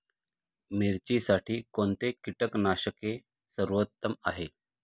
मिरचीसाठी कोणते कीटकनाशके सर्वोत्तम आहे?